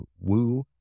Woo